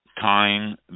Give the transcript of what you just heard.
time